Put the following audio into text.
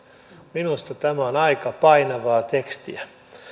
minusta tämä on aika painavaa tekstiä